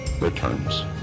returns